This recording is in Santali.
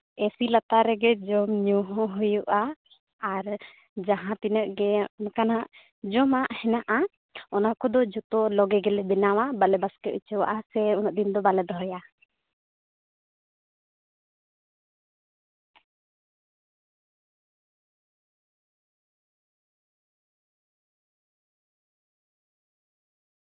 ᱮᱥᱤ ᱞᱟᱛᱟᱨ ᱨᱮᱜᱮ ᱡᱚᱢ ᱧᱩ ᱦᱚᱸ ᱦᱩᱭᱩᱜᱼᱟ ᱟᱨ ᱡᱟᱦᱟᱸᱛᱤᱱᱟᱹᱜ ᱜᱮ ᱚᱱᱠᱟᱱᱟᱜ ᱡᱚᱢᱟᱜ ᱦᱮᱱᱟᱜᱼᱟ ᱚᱱᱟ ᱠᱚᱫᱚ ᱡᱚᱛᱚ ᱞᱟᱜᱮ ᱜᱮᱞᱮ ᱵᱮᱱᱟᱣᱟ ᱵᱟᱞᱮ ᱵᱟᱥᱠᱮ ᱦᱚᱪᱚᱣᱟᱜᱼᱟ ᱥᱮ ᱩᱱᱟᱹᱜ ᱫᱤᱱ ᱫᱚ ᱵᱟᱞᱮ ᱫᱚᱦᱚᱭᱟ